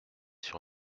sur